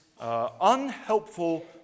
Unhelpful